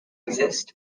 exist